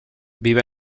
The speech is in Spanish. vive